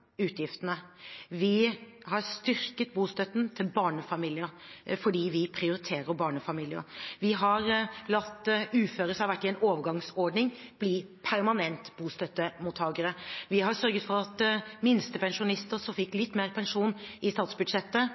prioriterer barnefamilier. Vi har latt uføre som har vært i en overgangsordning, bli permanente bostøttemottakere. Vi har sørget for at minstepensjonister som fikk litt mer pensjon i statsbudsjettet,